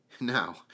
Now